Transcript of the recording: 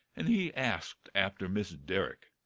and he asked after miss derrick.